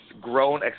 grown